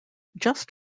just